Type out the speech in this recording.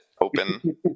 open